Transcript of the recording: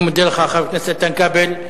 אני מודה לך, חבר הכנסת איתן כבל.